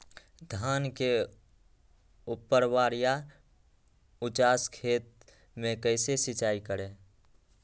धान के ऊपरवार या उचास खेत मे कैसे सिंचाई करें?